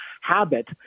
habit